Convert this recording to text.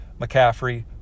McCaffrey